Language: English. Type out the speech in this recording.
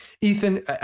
Ethan